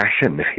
fashion